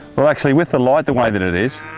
well actually with the light the way that it is,